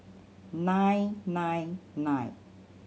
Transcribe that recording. nine nine nine